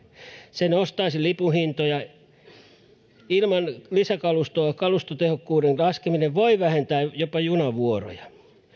se nostaisi lippujen hintoja ilman lisäkalustoa kalustotehokkuuden laskeminen voi vähentää junavuoroja